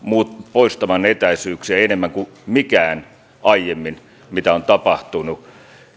poistamaan etäisyyksiä enemmän kuin mikään aiempi mikä on tapahtunut